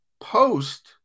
post